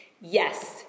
Yes